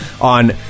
on